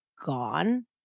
gone